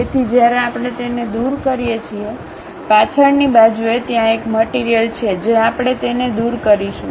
તેથી જ્યારે આપણે તેને દૂર કરીએ છીએ પાછળની બાજુએ ત્યાં એક મટીરીયલ છે જે આપણે તેને દૂર કરીશું